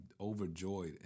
overjoyed